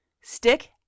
Stick